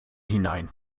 hinein